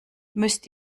müsst